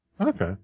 Okay